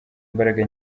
imbaraga